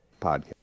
podcast